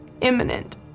imminent